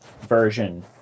version